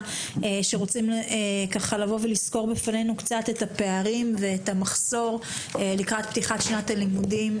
שרוצים לסקור בפנינו את הפערים ואת המחסור לקראת פתיחת שנת הלימודים